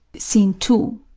scene two.